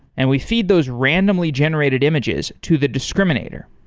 and we feed those randomly generated images to the discriminator.